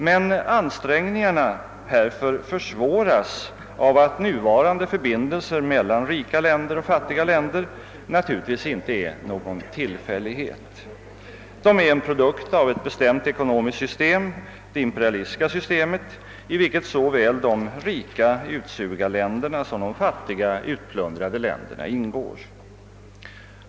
Men ansträngningarna härför försvåras av att nuvarande förbindelser mellan rika och fattiga länder naturligtvis inte är någon tillfällighet. De är en produkt av ett bestämt ekonomiskt system, det imperialistiska systemet, i vilket såväl de rika utsugarländerna som de fattiga utplundrade länderna ingår.